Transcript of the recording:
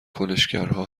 کنشگرها